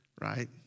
Right